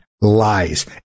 lies